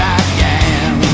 again